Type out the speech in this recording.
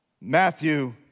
Matthew